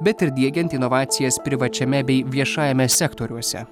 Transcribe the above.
bet ir diegiant inovacijas privačiame bei viešajame sektoriuose